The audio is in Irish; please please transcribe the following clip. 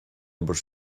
obair